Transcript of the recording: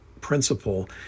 principle